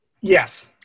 Yes